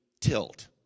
tilt